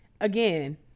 Again